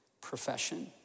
profession